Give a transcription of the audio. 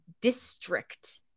district